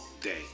day